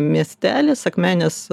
miestelis akmenės